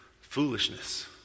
foolishness